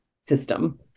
system